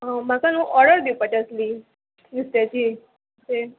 म्हाका न्हू ऑर्डर दिवपाची आसली नुस्त्याची तें